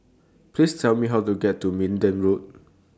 Please Tell Me How to get to Minden Road